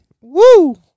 Woo